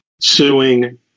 suing